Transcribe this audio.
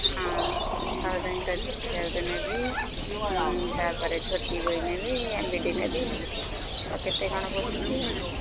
ହଁ ସହଜ ଇଂରାଜୀ ଶିକ୍ଷା ଗୋଟେ ନେବି ତା'ପରେ ଝୋଟି ବହି ନେବି ଏମ୍ ବି ଡ଼ି ନେବି କେତେ କ'ଣ ବହି ନେବି ଆଉ